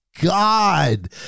God